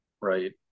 right